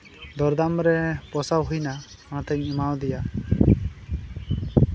ᱫᱚᱨᱫᱟᱢ ᱨᱮ ᱯᱳᱥᱟᱣ ᱦᱩᱭᱱᱟ ᱚᱱᱟᱛᱤᱧ ᱮᱢᱟᱣ ᱫᱮᱭᱟ